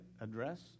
address